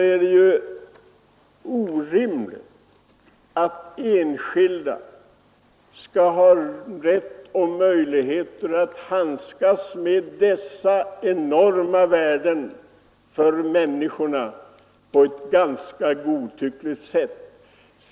Är det inte orimligt att enskilda skall ha rätt och möjlighet att handskas med dessa enorma värden på ett godtyckligt sätt?